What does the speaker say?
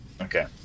Okay